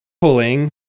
pulling